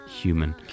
human